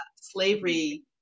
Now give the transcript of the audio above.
slavery